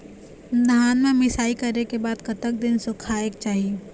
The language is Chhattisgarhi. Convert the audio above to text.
धान ला मिसाई करे के बाद कतक दिन सुखायेक चाही?